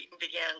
began